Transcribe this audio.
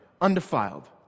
undefiled